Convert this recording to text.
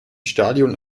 stadion